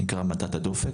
נקרא מדד הדופק,